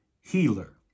healer